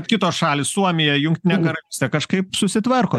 kitos šalys suomija jungtinė karalystė kažkaip susitvarko